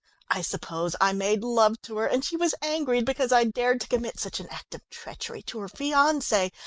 i suppose i made love to her, and she was angry because i dared to commit such an act of treachery to her fiance!